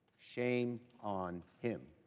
shame on him.